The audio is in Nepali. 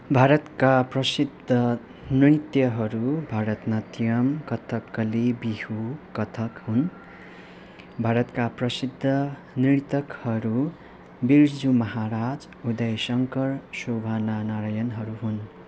भारतका प्रसिद्ध नृत्यहरू भरतनाट्यम कत्थककली बिहु कत्थक हुन् भारतका प्रसिद्ध नर्तकहरू बिर्जु महाराज उदय शङ्कर शोभा ना नारायणहरू हुन्